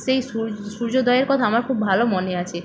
সেই সূর্যোদয়ের কথা আমার খুব ভালো মনে আছে